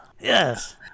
Yes